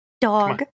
dog